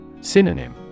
Synonym